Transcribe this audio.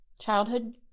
childhood